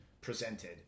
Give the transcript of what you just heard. presented